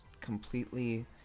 completely